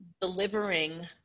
delivering